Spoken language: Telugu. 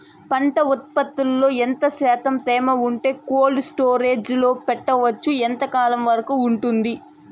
పంట ఉత్పత్తులలో ఎంత శాతం తేమ ఉంటే కోల్డ్ స్టోరేజ్ లో పెట్టొచ్చు? ఎంతకాలం వరకు ఉంటుంది